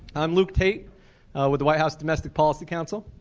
i'm luke tate with the white house domestic policy council.